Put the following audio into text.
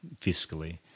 fiscally